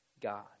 God